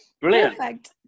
brilliant